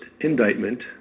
indictment